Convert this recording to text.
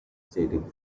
stadium